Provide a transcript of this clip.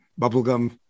bubblegum